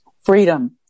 freedom